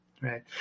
right